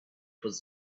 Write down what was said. was